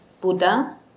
Buddha